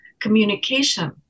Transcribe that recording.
communication